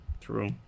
True